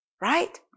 Right